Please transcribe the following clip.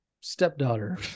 stepdaughter